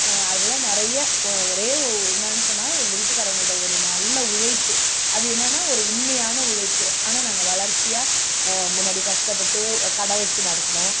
அதுபோல் நிறைய ஒரே ஒரு என்னான்னு சொன்னால் எங்கள் வீட்டுக்கரங்களோட ஒரு நல்ல உழைப்பு அது என்னன்னா ஒரு உண்மையான உழைப்பு ஆனால் நாங்கள் வளர்ச்சியாக முன்னாடி கஷ்டப்பட்டு கடை வச்சு நடத்தினோம்